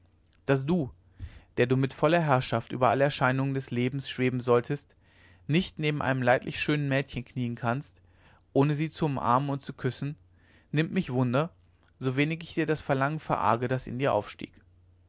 daß du der du mit voller herrschaft über alle erscheinungen des lebens schweben solltest nicht neben einem leidlich schönen mädchen knien kannst ohne sie zu umarmen und zu küssen nimmt mich wunder so wenig ich dir das verlangen verarge das in dir aufstieg